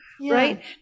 right